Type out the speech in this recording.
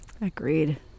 Agreed